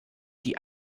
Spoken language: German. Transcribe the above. die